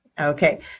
Okay